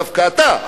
דווקא אתה,